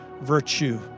virtue